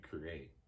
create